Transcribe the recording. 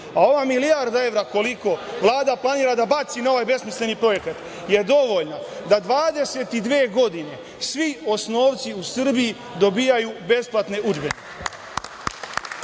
Ova milijarda evra, Vlada planira da baci na ovaj besmisleni projekat, je dovoljno da 22 godine svi osnovci u Srbiji dobijaju besplatne